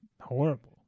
horrible